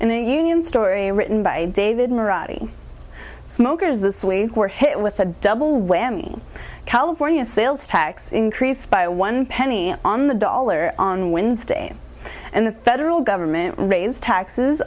in the union story written by david morality smokers this way who were hit with a double whammy california sales tax increase by one penny on the dollar on wednesday and the federal government raised taxes